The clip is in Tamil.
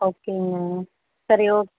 ஓகேங்க சரி ஓ